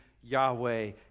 Yahweh